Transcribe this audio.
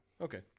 Okay